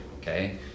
Okay